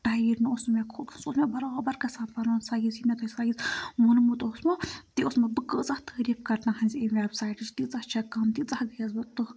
tight نہٕ اوس سُہ مےٚ کھوٚل سُہ اوس مےٚ برابر گژھان پَنُن سایز یُس مےٚ تۄہہِ سایز ووٚنمُت اوسمَو تہِ اوس مےٚ بہٕ کٲژاہ تعریٖف کَر تُہٕنٛزِ امہِ وٮ۪بسایٹٕچ تیٖژاہ چھےٚ کَم تیٖژاہ گٔیَس بہٕ تٕہ